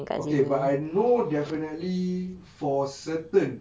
okay but I know definitely for certain